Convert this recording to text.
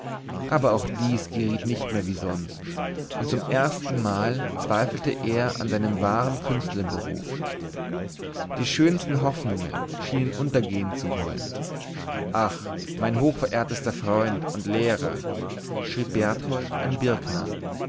aber auch dies geriet nicht mehr wie sonst und zum erstenmal zweifelte er an seinem wahren künstlerberuf die schönsten hoffnungen schienen untergehn zu wollen ach mein hochverehrter freund und lehrer schrieb berthold an birkner